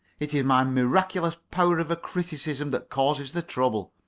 it is my miraculous power of criticism that causes the trouble.